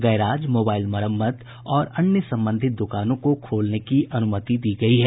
garage mobile मरम्मत और अन्य संबंधित दुकानों को खोलने की अनुमति दी गयी है